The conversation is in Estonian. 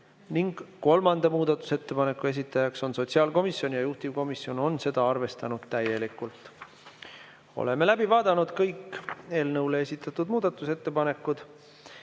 Ka kolmanda muudatusettepaneku esitaja on sotsiaalkomisjon ja juhtivkomisjon on seda arvestanud täielikult. Oleme läbi vaadanud kõik eelnõu kohta esitatud muudatusettepanekud.